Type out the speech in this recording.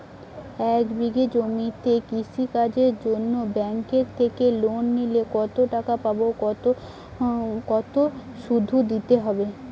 এক বিঘে জমিতে কৃষি কাজের জন্য ব্যাঙ্কের থেকে লোন নিলে কত টাকা পাবো ও কত শুধু দিতে হবে?